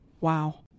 wow